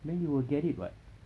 then you will get it [what]